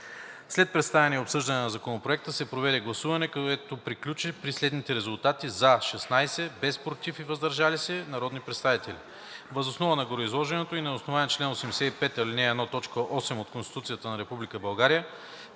След представяне и обсъждане на Законопроекта се проведе гласуване, което приключи при следните резултати: „за“ – 16, без „против“ и „въздържал се“ народни представители. Въз основа на гореизложеното и на основание чл. 85, ал. 1, т. 8 от Конституцията на